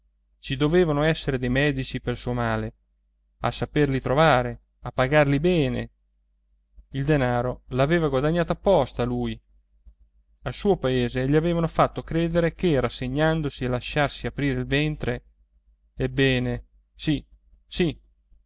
ci dovevano essere dei medici pel suo male a saperli trovare a pagarli bene il denaro l'aveva guadagnato apposta lui al suo paese gli avevano fatto credere che rassegnandosi a lasciarsi aprire il ventre ebbene sì sì